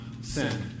sin